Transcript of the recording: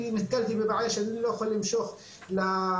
אני נתקלתי בבעיה שאני לא יכול למשוך למחלקה,